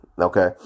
okay